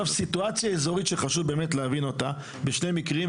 סיטואציה אזורית שחשוב להבין אותה בשני מקרים,